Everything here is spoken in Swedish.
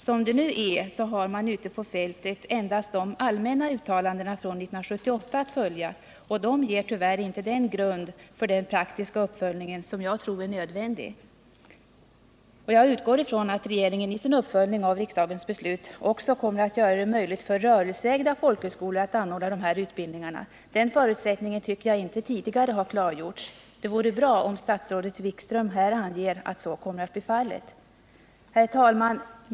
Som det nu är har man ute på fältet endast de allmänna uttalandena från 1978 att följa, och de ger tyvärr inte den grund för den praktiska uppföljningen som jag tror är nödvändig. Jag utgår ifrån att regeringen i sin uppföljning av riksdagens beslut också kommer att göra det möjligt för rörelseägda folkhögskolor att anordna sådana utbildningar. Den förutsättningen tycker jag inte tidigare har klargjorts. Det vore bra om statsrådet Wikström här kunde ange att så kommer att bli fallet. Herr talman!